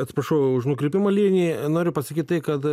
atsiprašau už nukrypimą linija noriu pasakyt tai kad